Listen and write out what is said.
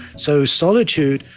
so solitude,